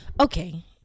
okay